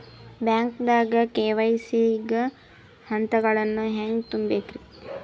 ಬ್ಯಾಂಕ್ದಾಗ ಕೆ.ವೈ.ಸಿ ಗ ಹಂತಗಳನ್ನ ಹೆಂಗ್ ತುಂಬೇಕ್ರಿ?